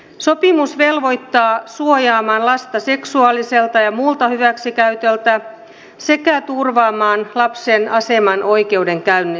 sopimus velvoittaa suojaamaan lasta seksuaaliselta ja muulta hyväksikäytöltä sekä turvaamaan lapsen aseman oikeudenkäynnissä